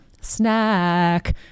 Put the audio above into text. Snack